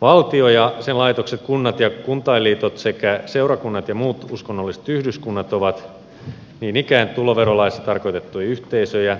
valtio ja sen laitokset kunnat ja kuntainliitot sekä seurakunnat ja muut uskonnolliset yhdyskunnat ovat niin ikään tuloverolaissa tarkoitettuja yhteisöjä